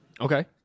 Okay